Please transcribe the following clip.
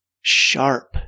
sharp